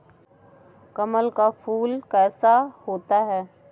कमल का फूल कैसा होता है?